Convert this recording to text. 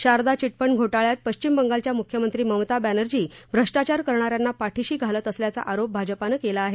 Sharda chit fund घोटळ्यात पश्चिम बंगालच्या मुख्यमंत्री ममता बॅनर्जी भ्रष्टाचार करणा यांना पाठीशी घालत असल्याचा आरोप भाजपानं केला आहे